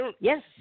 Yes